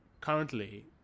currently